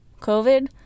COVID